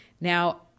Now